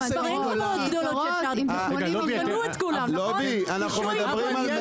את ההגדרות שמשרד האוצר הוציא לגבי מה זה